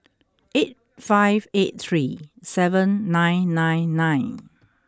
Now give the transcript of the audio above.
eight five eight three seven nine nine nine